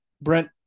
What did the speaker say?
Brent –